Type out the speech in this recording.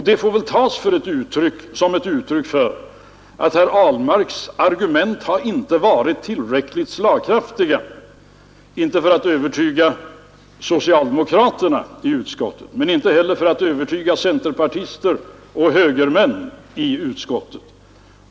Detta får väl tas som ett uttryck för att herr Ahlmarks argument inte har varit tillräckligt slagkraftiga för att övertyga socialdemokraterna i utskottet, men inte heller tillräckligt slagkraftiga för att övertyga centerpartisterna och högermännen i utskottet.